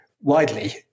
widely